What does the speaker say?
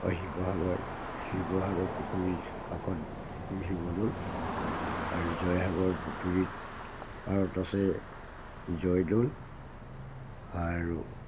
অঁ শিৱসাগৰ শিৱসাগৰ পুখুৰীৰ কাষত শিৱদৌল আৰু জয়সাগৰ পুখুৰীত পাৰত আছে জয়দৌল আৰু